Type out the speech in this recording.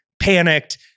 panicked